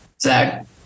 Zach